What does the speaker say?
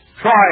Try